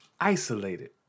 Isolated